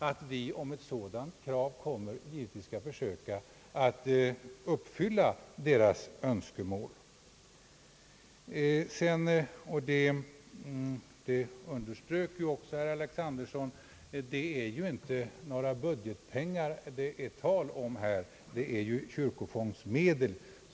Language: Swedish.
Som herr Alexanderson underströk är det i Kungl. Maj:ts förslag inte fråga om några budgetpengar utan om kyrkofondsmedel.